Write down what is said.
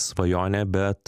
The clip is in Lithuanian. svajonė bet